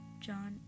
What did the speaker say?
John